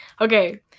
okay